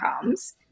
comes